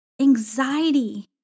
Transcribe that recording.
anxiety